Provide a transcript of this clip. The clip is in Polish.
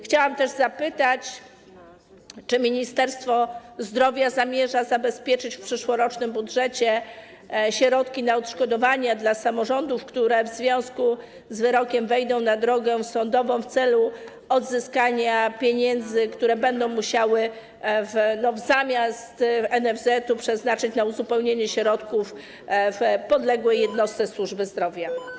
Chciałam też zapytać, czy Ministerstwo Zdrowia zamierza zabezpieczyć w przyszłorocznym budżecie środki na odszkodowania dla samorządów, które w związku z wyrokiem wejdą na drogę sądową w celu odzyskania pieniędzy, które musiały zamiast NFZ-u przeznaczyć na uzupełnienie środków w podległej jednostce służby zdrowia.